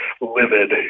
livid